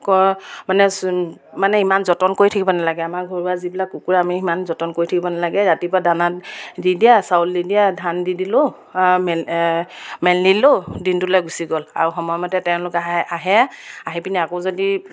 কৰ মানে মানে ইমান যতন কৰি থাকিব নালাগে আমাৰ ঘৰুৱা যিবিলাক কুকুৰা আমি সিমান যতন কৰি থাকিব নালাগে ৰাতিপুৱা দানা দি দিয়া চাউল দি দিয়া ধান দি দিলোঁ মেল মেলিলোঁ দিনটোলৈ গুচি গ'ল আৰু সময়মতে তেওঁলোকে আহে আহে আহি পিনি আকৌ যদি